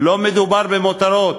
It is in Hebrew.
לא מדובר במותרות,